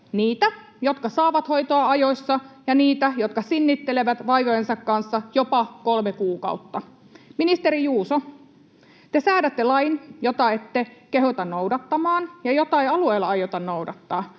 niitä, jotka saavat hoitoa ajoissa, ja niitä, jotka sinnittelevät vaivojensa kanssa jopa kolme kuukautta. Ministeri Juuso, te säädätte lain, jota ette kehota noudattamaan ja jota ei alueilla aiota noudattaa.